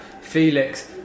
Felix